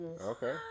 Okay